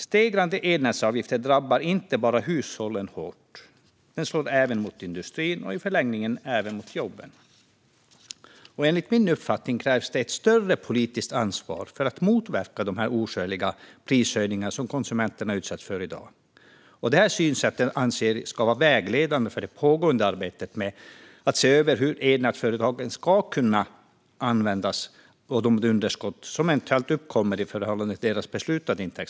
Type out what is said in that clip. Stegrande elnätsavgifter drabbar inte bara hushållen hårt, utan de slår även mot industrin och i förlängningen även jobben. Enligt min uppfattning krävs det ett större politiskt ansvar för att motverka de oskäliga prishöjningar som konsumenterna utsätts för i dag. Detta synsätt anser jag ska vara vägledande för det pågående arbetet med att se över hur elnätsföretagen ska kunna använda de underskott som eventuellt uppkommer i förhållande till deras beslutade intäktsramar.